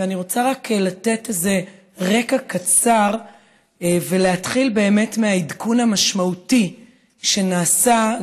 ואני רוצה רק לתת איזה רקע קצר ולהתחיל באמת מהעדכון המשמעותי שנעשה,